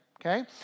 Okay